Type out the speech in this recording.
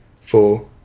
Four